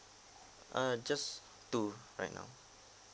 uh just two right now